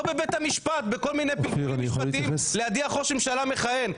לא בבית המשפט בכל מיני פתרונות להדיח ראש ממשלה מכהן,